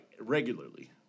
regularly